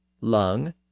lung